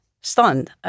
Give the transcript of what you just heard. stunned